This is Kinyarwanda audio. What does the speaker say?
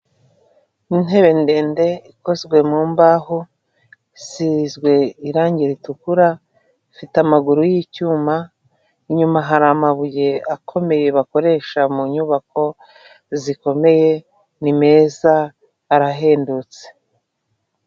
Intebe ndende ikozwe mu mbaho isizwe irange ritukura, ifite amaguru y'icyuma, inyuma hari amabuye akomeye bakoresha mu nyubako zikomeye, ni meza arahendutse.